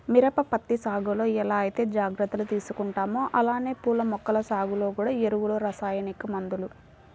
మిరప, పత్తి సాగులో ఎలా ఐతే జాగర్తలు తీసుకుంటామో అలానే పూల మొక్కల సాగులో గూడా ఎరువులు, రసాయనిక మందులు